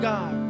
God